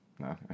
No